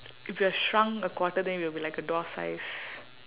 if you are shrunk a quarter then you will be like a dwarf size